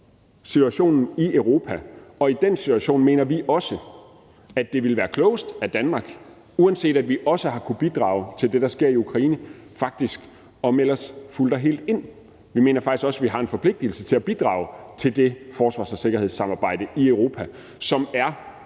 situationen i Europa, og i den situation mener vi også, at det vil være klogest af Danmark, uanset at vi også har kunnet bidrage til det, der sker i Ukraine, faktisk at melde os fuldt og helt ind. Vi mener faktisk også, vi har en forpligtelse til at bidrage til det forsvars- og sikkerhedssamarbejde i Europa, som er